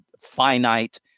finite